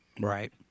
Right